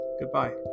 Goodbye